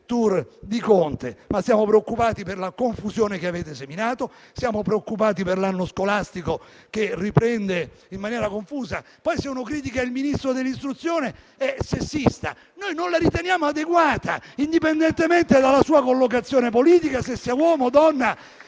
ma siamo preoccupati per la confusione che avete seminato. Siamo preoccupati per l'anno scolastico che riprenderà in maniera confusa. Poi, se uno critica il Ministro dell'istruzione è sessista. Noi non la riteniamo adeguata indipendentemente dalla sua collocazione politica o dal fatto se sia uomo o donna.